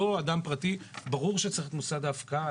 ברור שצריך מוסד ההפקעה,